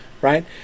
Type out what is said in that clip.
right